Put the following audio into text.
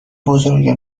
بزرگ